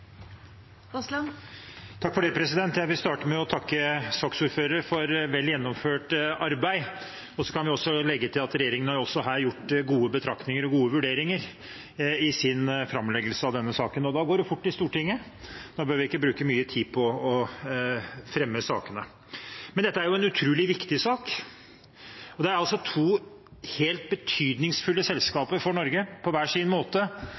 Jeg vil starte med å takke saksordføreren for vel gjennomført arbeid. Så kan jeg legge til at regjeringen her har gjort gode betraktninger og gode vurderinger i sin framleggelse av denne saken. Da går det fort i Stortinget, og da behøver vi ikke å bruke mye tid på å fremme sakene. Dette er en utrolig viktig sak. Det er to betydningsfulle selskaper for Norge på hver sin måte,